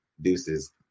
Deuces